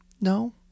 No